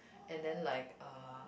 and then like uh